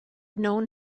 known